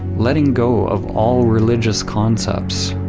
letting go of all religious concepts.